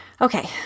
Okay